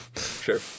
sure